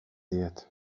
diet